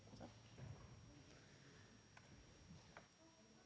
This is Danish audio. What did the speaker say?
Tak